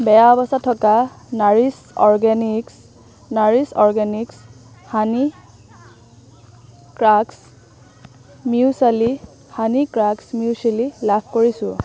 বেয়া অৱস্থাত থকা nourish organics nourish organics honey crax muesli honey crax muesli লাভ কৰিছোঁ